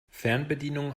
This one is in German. fernbedienung